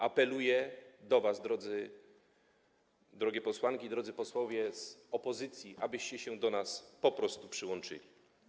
Apeluję do was, drogie posłanki, drodzy posłowie z opozycji, abyście się do nas po prostu przyłączyli.